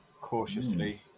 cautiously